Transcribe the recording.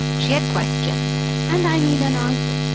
she had questions and i need an answer.